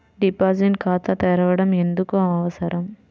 Deposit ఖాతా తెరవడం ఎందుకు అవసరం?